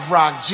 Rock